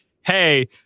hey